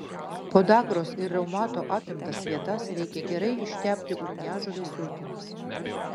podagros ir reumato apimtas vietas reikia gerai ištepti ugniažolės sultimis